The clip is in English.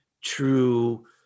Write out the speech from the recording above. true